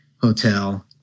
hotel